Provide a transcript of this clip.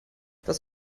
das